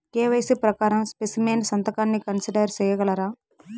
KYC ప్రకారం specimen సంతకాన్ని consider సేయగలరా?